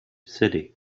city